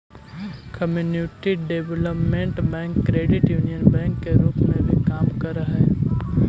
community development bank credit union bank के रूप में भी काम करऽ हइ